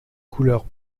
couleur